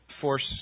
force